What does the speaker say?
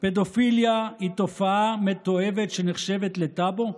פדופיליה היא תופעה מתועבת שנחשבת לטאבו?